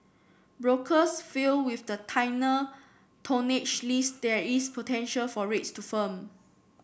brokers feel with the tonnage list there is potential for rates to firm